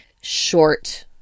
short